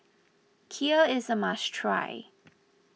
Kheer is a must try